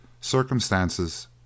circumstances